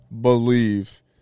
believe